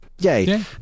Yay